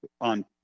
on